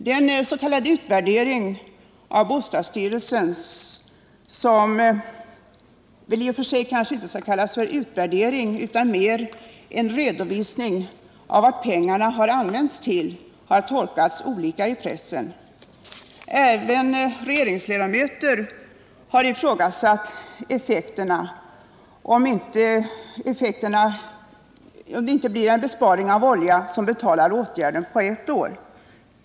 Bostadsstyrelsens utvärdering av sparplanen — utvärderingen borde egentligen benämnas redovisning, eftersom det rör sig om en redovisning av vad pengarna använts till — har fått varierande tolkningar i pressen. Även regeringsledamöter har ifrågasatt värdet av sparplanen, om den inte innebär en besparing av olja som betalar insatserna på ett år.